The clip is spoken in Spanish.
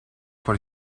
por